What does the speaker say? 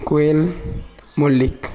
Koel Mallick